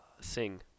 sing